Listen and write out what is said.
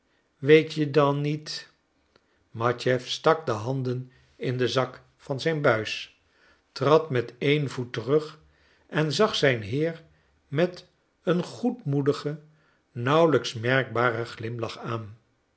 weet je dan niet matjeff stak de handen in den zak van zijn buis trad met één voet terug en zag zijn heer met een goedmoedigen nauwelijks merkbaren glimlach aan